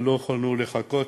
אבל לא יכולנו לחכות,